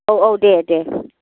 औ औ दे दे